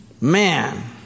Man